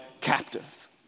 captive